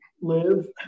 live